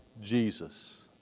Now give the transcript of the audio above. Jesus